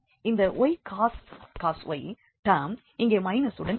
இந்த ycos y term இங்கே மைனசுடன் இருக்கும்